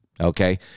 okay